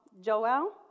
Joel